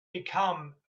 become